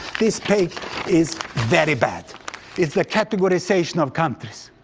this page is very bad it's a categorization of countries.